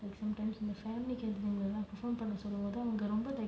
like sometimes in the family gathering perform பண்ண சொல்லும்போது அவங்க:panna solumbothu avanga